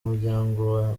umuryango